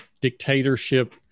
dictatorship